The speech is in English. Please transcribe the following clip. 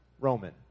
Roman